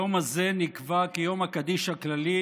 היום הזה נקבע כיום הקדיש הכללי,